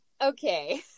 Okay